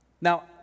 Now